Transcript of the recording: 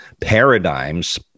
paradigms